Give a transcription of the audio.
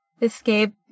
escape